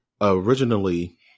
originally